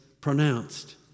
pronounced